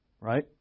right